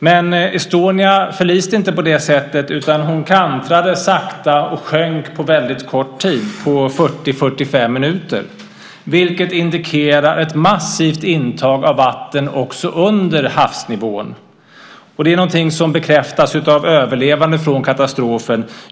Men Estonia förliste inte på det sättet utan kantrade sakta och sjönk på väldigt kort tid, 40-45 minuter, vilket indikerar ett massivt intag av vatten också under havsnivån. Det är någonting som bekräftas av överlevande från katastrofen.